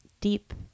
deep